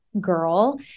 girl